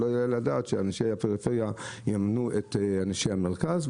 לא יעלה על הדעת שאנשי הפריפריה יממנו את אנשי המרכז,